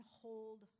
hold